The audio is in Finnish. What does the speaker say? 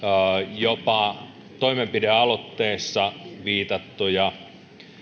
jopa toimenpidealoitteessa viitattuja